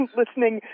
listening